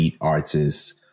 artists